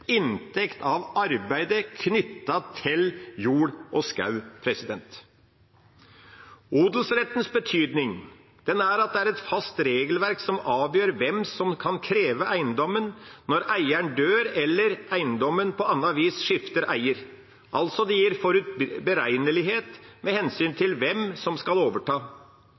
inntekt av arbeidet knyttet til jord og skog. Odelsrettens betydning er at det er et fast regelverk som avgjør hvem som kan kreve eiendommen når eieren dør eller eiendommen på annet vis skifter eier. Det gir altså forutberegnelighet med hensyn til hvem som skal overta,